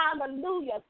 Hallelujah